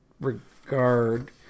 regard